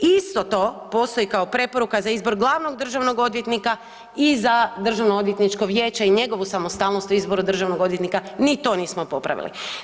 Isto to postoji kao preporuka za izbor glavnog državnog odvjetnika i za državno odvjetničko vijeće i njegovu samostalnost u izboru državnog odvjetnika, ni to nismo popravili.